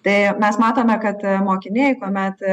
tai mes matome kad mokiniai kuomet